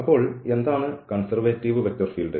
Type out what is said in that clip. അപ്പോൾ എന്താണ് conservative vector field